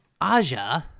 Aja